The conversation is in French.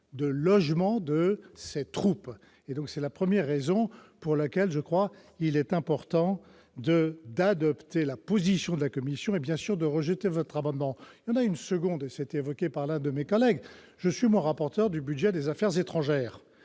de logement de ces troupes. C'est la première raison pour laquelle il est important d'adopter la position de la commission et, bien sûr, de rejeter votre amendement. Il y en a une seconde, évoquée par l'un de mes collègues. En tant que rapporteur du budget des affaires étrangères,